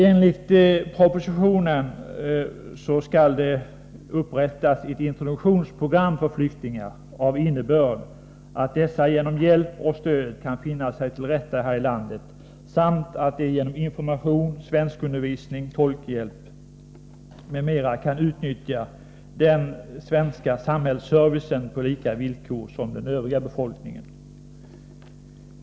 Enligt propositionen skall det upprättas ett introduktionsprogram för flyktingar av innebörd att dessa genom hjälp och stöd kan finna sig till rätta här i landet samt att de genom information, svenskundervisning, tolkhjälp m.m. kan utnyttja den svenska samhällsservicen på samma villkor som den övriga befolkningen.